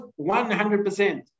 100%